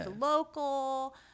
local